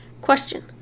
Question